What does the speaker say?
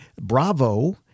Bravo